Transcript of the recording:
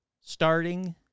starting